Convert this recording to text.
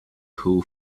who